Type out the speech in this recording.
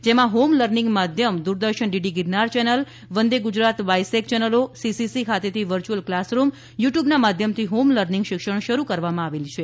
જેમાં home learning માધ્યમ Doordarshan DD Girnar channel Vande Gujarat BISAG ચેનલો સીસીસી ખાતેથી વચ્યુલ ક્લાસરૂમ યુ ટ્યુબ ના માધ્યમથી હોમ લર્નિંગ શિક્ષણ શરૂ કરવામાં આવેલ છે